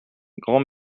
grand